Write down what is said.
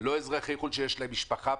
לא אזרחי חו"ל יש להם פה משפחה,